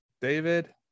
David